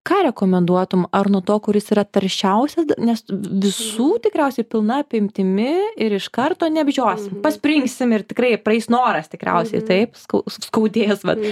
ką rekomenduotum ar nuo to kuris yra taršiausia nes visų tikriausiai pilna apimtimi ir iš karto neapžiosim paspringsim ir tikrai praeis noras tikriausiai taip skau skaudės vat